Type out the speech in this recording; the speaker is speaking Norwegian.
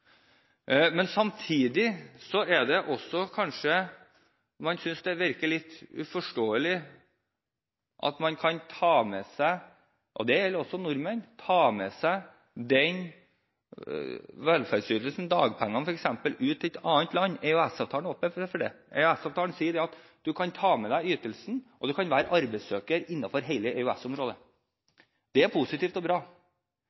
Samtidig synes man kanskje det virker litt uforståelig at man kan ta med seg – det gjelder også nordmenn – den velferdsytelsen, dagpengene f.eks., til et annet land. EØS-avtalen åpner for det. EØS-avtalen sier at man kan ta med seg ytelsen, og man kan være arbeidssøker innenfor hele EØS-området. Det er positivt og bra.